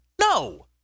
No